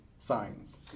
Signs